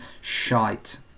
shite